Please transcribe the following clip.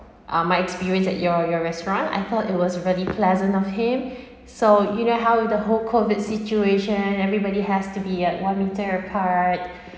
um my experience at your your restaurant I thought it was very pleasant of him so you know how the whole COVID situation everybody has to be at one metre apart